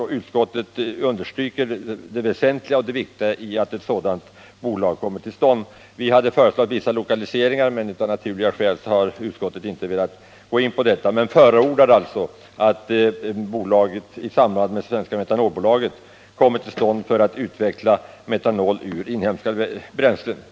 Utskottet understryker också vikten av att ett sådant bolag kommer till stånd. Vi hade dessutom föreslagit vissa lokaliseringar, men av naturliga skäl har utskottet inte nu velat ta ställning härtill. Utskottet förordar alltså att ett bolag inrättas i samarbete med Svensk Metanolutveckling AB för att utveckla metanol ur inhemska bränslen.